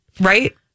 right